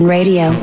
Radio